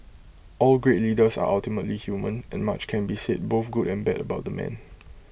all great leaders are ultimately human and much can be said both good and bad about the man